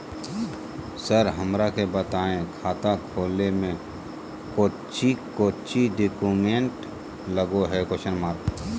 Sir हमरा के बताएं खाता खोले में कोच्चि कोच्चि डॉक्यूमेंट लगो है?